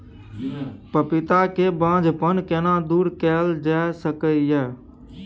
पपीता के बांझपन केना दूर कैल जा सकै ये?